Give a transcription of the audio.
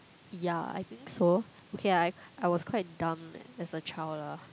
ya I think so okay lah I I was quite dumb as a child lah